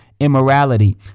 immorality